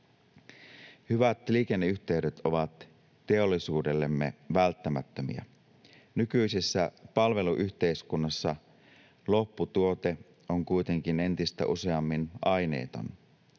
Hyvät liikenneyhteydet ovat teollisuudellemme välttämättömiä. Nykyisessä palveluyhteiskunnassa lopputuote on kuitenkin entistä useammin aineeton,